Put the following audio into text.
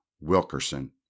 Wilkerson